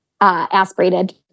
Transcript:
aspirated